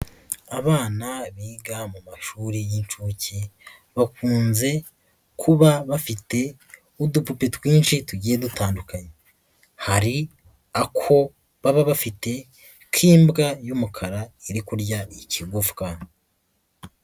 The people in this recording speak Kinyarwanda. Abana biga mu mashuri y'inshuke bakunze kuba bafite udupupe twinshi tugiye dutandukanye, hari ako baba bafite k'imbwa y'umukara iri kurya ikigufwa.